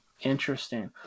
Interesting